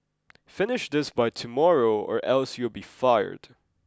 finish this by tomorrow or else you'll be fired